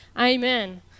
Amen